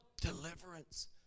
deliverance